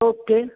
okay